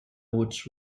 which